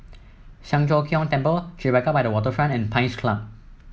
Siang Cho Keong Temple Tribeca by the Waterfront and Pines Club